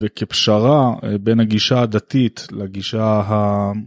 וכפשרה בין הגישה הדתית לגישה ה...